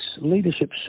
Leadership